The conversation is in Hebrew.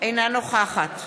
אינה נוכחת